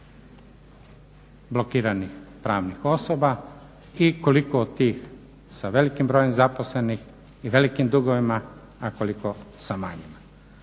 blokiranih pravnih osoba i koliko od tih sa velikim brojem zaposlenih i velikim dugovima, a koliko sa manjima.